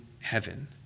heaven